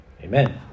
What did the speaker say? amen